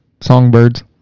songbirds